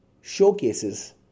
showcases